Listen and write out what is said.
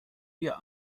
wir